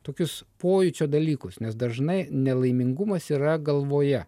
tokius pojūčio dalykus nes dažnai nelaimingumas yra galvoje